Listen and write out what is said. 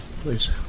please